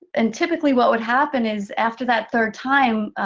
and typically what would happen is after that third time,